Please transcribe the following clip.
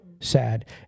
Sad